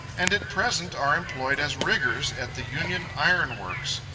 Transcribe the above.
and at present are employed as riggers at the union iron works,